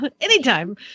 anytime